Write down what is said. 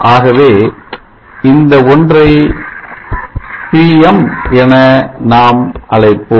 ஆகவே இந்த ஒன்றைய Pm என நாம் அழைப்போம்